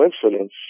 coincidence